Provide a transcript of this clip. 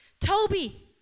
Toby